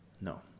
no